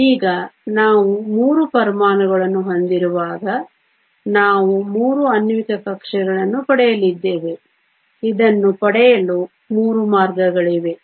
ಈಗ ನಾವು 3 ಪರಮಾಣುಗಳನ್ನು ಹೊಂದಿರುವಾಗ ನಾವು 3 ಆಣ್ವಿಕ ಕಕ್ಷೆಗಳನ್ನು ಪಡೆಯಲಿದ್ದೇವೆ ಇದನ್ನು ಪಡೆಯಲು 3 ಮಾರ್ಗಗಳಿವೆ